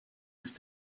used